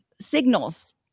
signals